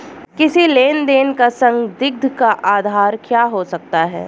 किसी लेन देन का संदिग्ध का आधार क्या हो सकता है?